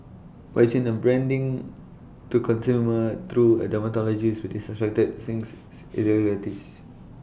but it's in the branding to consumer through A dermatologist with suspected since irregularities